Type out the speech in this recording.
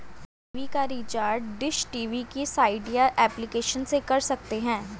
TV का recharge dish TV की site या एप्लीकेशन से कर सकते है